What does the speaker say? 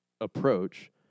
approach